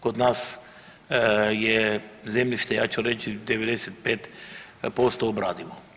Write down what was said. Kod nas je zemljište ja ću reći 95% obradivo.